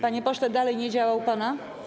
Panie pośle, dalej nie działa u pana?